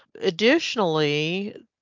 Additionally